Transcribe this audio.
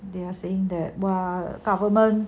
they are saying that while the government